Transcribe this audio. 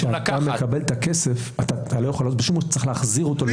כשאתה מקבל את הכסף אתה צריך להחזיר אותו.